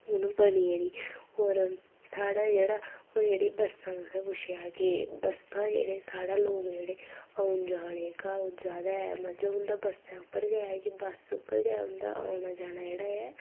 हून बनी गेदी होर साढ़े जेह्ड़ा ओह् जेह्ड़ी बस्सां तुसें पुच्छेआ हा कि बस्सां जेह्ड़ी साढ़े लोक जेह्ड़े औन जान जेह्का ओह् ज्यादा मतलब उं'दा बस्सें उप्पर गै के बस्स उप्पर गै उं'दा औना जाना जेह्ड़ा ऐ